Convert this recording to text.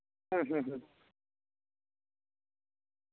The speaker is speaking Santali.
ᱦᱩᱸ ᱦᱩᱸ ᱦᱩᱸ